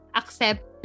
accept